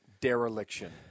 dereliction